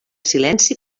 silenci